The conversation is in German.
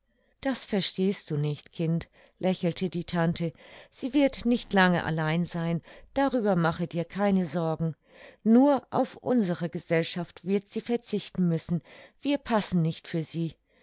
das verstehst du nicht kind lächelte die tante sie wird nicht lange allein sein darüber mache dir keine sorgen nur auf unsere gesellschaft wird sie verzichten müssen wir passen nicht für sie